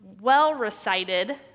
well-recited